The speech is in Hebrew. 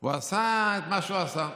הוא עשה את מה שהוא עשה.